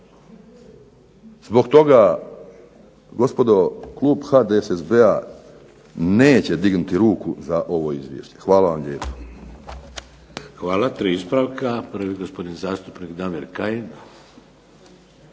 Zbog toga, gospodo, klub HDSSB-a neće dignuti ruku za ovo izvješće. Hvala vam lijepo. **Šeks, Vladimir (HDZ)** Hvala. Tri ispravka. Prvi, gospodin zastupnik Damir Kajin.